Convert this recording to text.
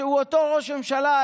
שהוא אותו ראש ממשלה,